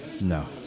No